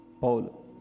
Paul